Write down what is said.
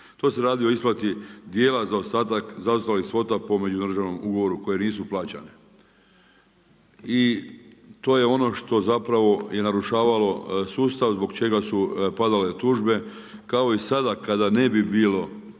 To se radi o isplati dijela zaostalih svota po međudržavnom ugovoru koje nisu plaćane. I to je ono što je zapravo narušavalo sustav zbog čega su padale tužbe, kao i sada kada ne bi bilo